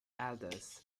elders